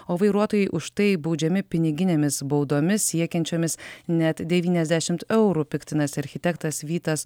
o vairuotojai už tai baudžiami piniginėmis baudomis siekiančiomis net devyniasdešim eurų piktinasi architektas vytas